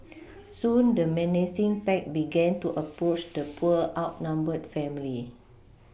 soon the menacing pack began to approach the poor outnumbered family